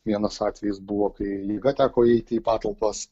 vienas atvejis buvo kai jėga teko eiti į patalpas